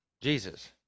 Jesus